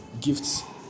gifts